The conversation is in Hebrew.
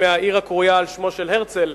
מהעיר הקרויה על שמו של הרצל,